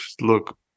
look